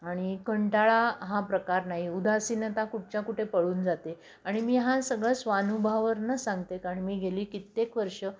आणि कंटाळा हा प्रकार नाही उदासीनता कुठच्या कुठे पळून जाते आणि मी हा सगळंच स्वानुभवावरनंच सांगते कारण मी गेली कित्येक वर्ष